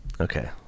Okay